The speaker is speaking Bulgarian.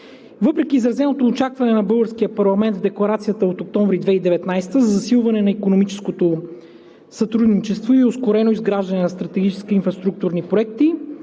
Въпреки изразеното очакване на българския парламент в декларацията от месец октомври 2019 г. за засилване на икономическото сътрудничество и ускорено изграждане на стратегически инфраструктурни проекти,